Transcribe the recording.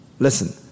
Listen